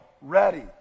ready